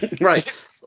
Right